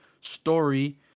Story